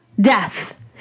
death